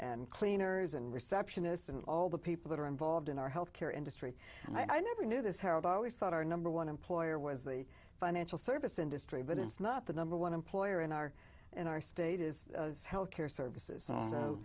and cleaners and receptionists and all the people that are involved in our health care industry and i never knew this how about we thought our number one employer was the financial service industry but it's not the number one employer in our in our state is health care services